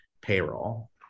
payroll